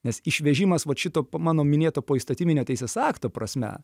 nes išvežimas vat šito mano minėto poįstatyminio teisės akto prasme